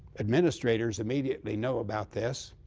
administrators immediately know about this.